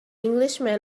englishman